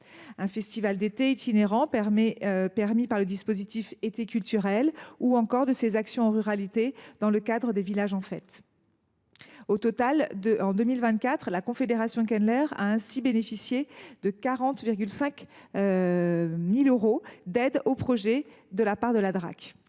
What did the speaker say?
un festival d’été itinérant permis par le dispositif « Été culturel », ou encore les manifestations financées en ruralité dans le cadre des « Villages en fête ». Au total, en 2024, la confédération Kenleur a ainsi bénéficié de 40 500 euros d’aides aux projets de la part de la Drac.